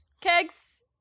Kegs